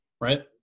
right